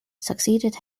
succeeded